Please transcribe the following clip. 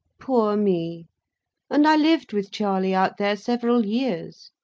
poor me and i lived with charley, out there, several years.